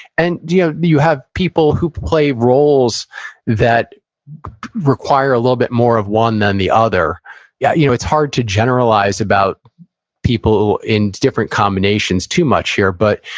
and yeah you have people who play roles that require a little bit more of one than the other yeah you know it's hard to generalize about people in different combinations too much here. but,